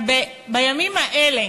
בימים האלה,